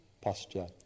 posture